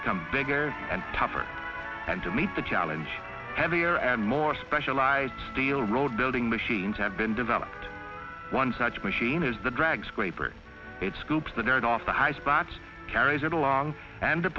become bigger and tougher and to meet the challenge heavier and more specialized steel road building machines have been developed one such machine is the drag scraper it scoops that there is off the high spots carries it along and